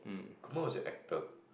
Kumar was your actor